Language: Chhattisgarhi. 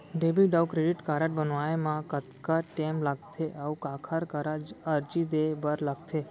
डेबिट अऊ क्रेडिट कारड बनवाए मा कतका टेम लगथे, अऊ काखर करा अर्जी दे बर लगथे?